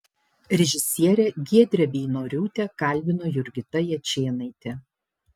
režisierę giedrę beinoriūtę kalbino jurgita jačėnaitė